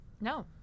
No